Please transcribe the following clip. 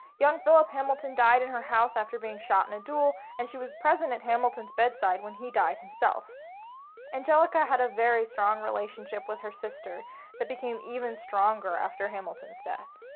young philip hamilton died in her house after being shot in a duel and she was present at hamilton's bedside when he died himself angelica had a very strong relationship with her sister that became even stronger after hamilton's death.